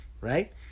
Right